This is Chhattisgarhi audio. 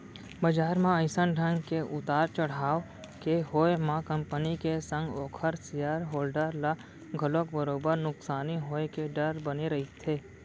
बजार म अइसन ढंग के उतार चड़हाव के होय म कंपनी के संग ओखर सेयर होल्डर ल घलोक बरोबर नुकसानी होय के डर बने रहिथे